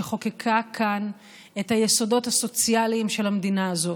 שחוקקה כאן את היסודות הסוציאליים של המדינה הזאת,